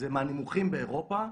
זה מהנמוכים באירופה.